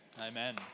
Amen